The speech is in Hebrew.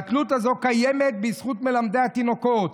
והתלות הזאת קיימת בזכות מלמדי התינוקות.